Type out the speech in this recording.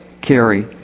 carry